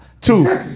two